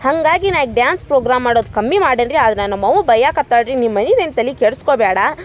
ಹಾಗಾಗಿ ನಾ ಈಗ ಡ್ಯಾನ್ಸ್ ಪ್ರೋಗ್ರಾಮ್ ಮಾಡೋದು ಕಮ್ಮಿ ಮಾಡೇನಿ ರೀ ಆದರೆ ನಮ್ಮ ನಮ್ಮವ್ವ ಬೈಯಕತ್ತಾಳೆ ರೀ ನೀ ಮನಿದು ಏನ್ ತಲೆ ಕೆಡ್ಸ್ಕೊಳ್ ಬ್ಯಾಡ